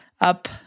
up